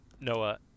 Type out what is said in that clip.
Noah